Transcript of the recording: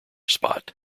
spot